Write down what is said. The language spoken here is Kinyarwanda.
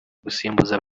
gusimbuza